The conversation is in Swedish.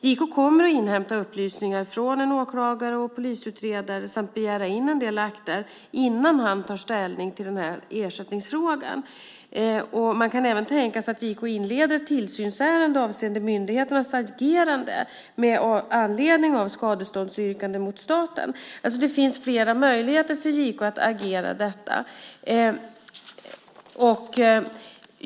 JK kommer att inhämta upplysningar från en åklagare och polisutredare samt begära in akter innan han tar ställning till ersättningsfrågan. Man kan även tänka sig att JK inleder ett tillsynsärende avseende myndigheternas agerande med anledning av skadeståndsyrkandet mot staten. Det finns flera möjligheter för JK att agera i detta.